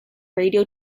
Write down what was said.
radio